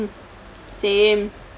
mm same